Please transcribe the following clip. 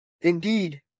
Indeed